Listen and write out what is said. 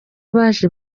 baje